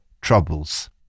Troubles